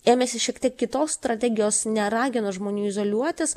ėmėsi šiek tiek kitos strategijos neragino žmonių izoliuotis